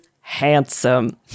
handsome